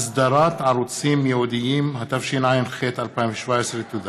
אסדרת ערוצים ייעודיים), התשע"ח 2017. תודה.